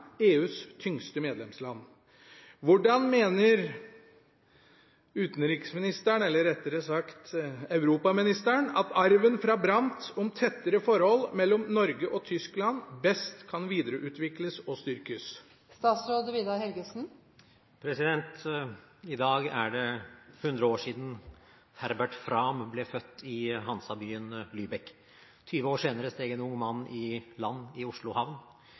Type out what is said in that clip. EUs tyngste medlemsland. Hvordan mener utenriksministeren at arven fra Brandt om tettere forhold mellom Norge og Tyskland best kan videreutvikles og styrkes?» I dag er det 100 år siden Herbert Frahm ble født i hansabyen Lübeck. 20 år senere steg en ung mann i land i Oslo havn.